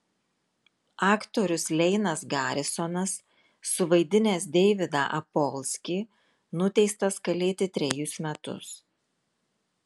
aktorius leinas garisonas suvaidinęs deividą apolskį nuteistas kalėti trejus metus